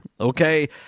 okay